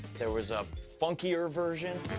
there was a funkier version.